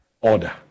order